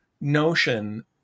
notion